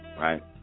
right